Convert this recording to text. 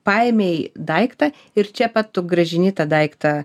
paėmei daiktą ir čia pat tu grąžini tą daiktą